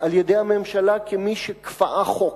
על-ידי הממשלה כמי שכפאה חוק.